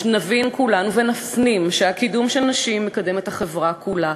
נבין כולנו ונפנים שהקידום של נשים מקדם את החברה כולה,